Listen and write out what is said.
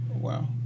Wow